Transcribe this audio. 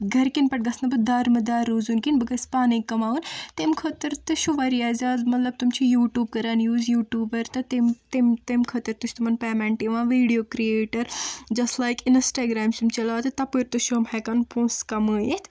گرِکیٚن پٮ۪ٹھ گَژھنہٕ بہٕ دارٕمدار روزُن کیٚنہہ بہٕ گَژھٕ پانٕے کماوُن تمہِ خٲطرٕ تہِ چھُ وارِیاہ زیادٕ مطلب تٕم چھِ یوٗٹیوٗب کَران یوٗز یوٗٹیوٗبر تہٕ تم تم تمہِ خٲطرٕ تہِ چھُ تِمن پیمنٹ یِوان ویٖڈیو کِریٹر جس لایِک اِنسٹاگرام چھِ یم چلاوان تہٕ تپٲرۍ تہِ چھِ یم پونٛسہٕ ہیٚکان کمٲیتھ